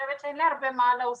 אין לי הרבה מה להוסיף.